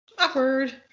Awkward